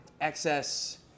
excess